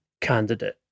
candidate